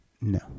No